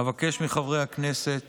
אבקש מחברי הכנסת